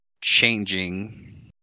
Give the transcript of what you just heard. changing